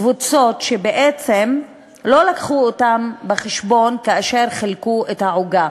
קבוצות שבעצם לא הביאו אותן בחשבון כאשר חילקו את העוגה,